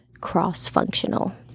cross-functional